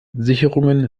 sicherungen